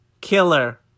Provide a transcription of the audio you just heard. Killer